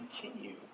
continue